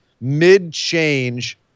mid-change